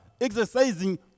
exercising